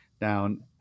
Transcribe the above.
down